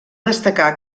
destacar